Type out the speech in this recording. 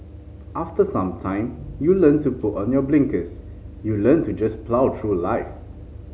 after some time you learn to put on your blinkers you learn to just plough through life